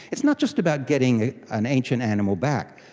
it's not just about getting an ancient animal back,